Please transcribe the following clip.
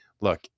look